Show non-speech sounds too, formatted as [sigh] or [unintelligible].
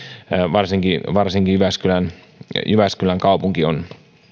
varsinkin [unintelligible] varsinkin jyväskylän kaupunki on